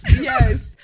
Yes